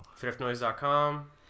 thriftnoise.com